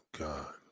God